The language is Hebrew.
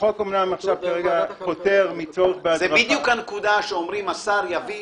החוק אומנם כרגע פוטר מצורך --- זו בדיוק הנקודה שאומרים שהשר יביא